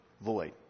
void